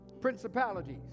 principalities